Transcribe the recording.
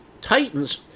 Titans